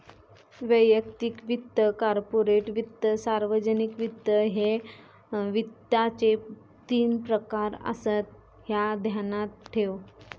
वैयक्तिक वित्त, कॉर्पोरेट वित्त, सार्वजनिक वित्त, ह्ये वित्ताचे तीन प्रकार आसत, ह्या ध्यानात ठेव